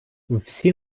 всі